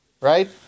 right